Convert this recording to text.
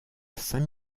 saint